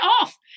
off